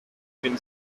been